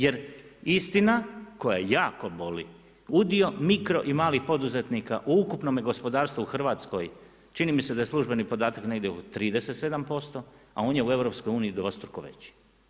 Jer istina koja jako boli, udio mikro i malih poduzetnika u ukupnom gospodarstvu u Hrvatskoj, čini mi se da je službeni podatak negdje 37% a on je u EU-u dvostruko veći.